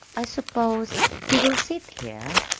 i suppose he will sit here,